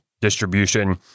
distribution